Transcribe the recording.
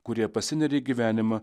kurie pasineria į gyvenimą